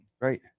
right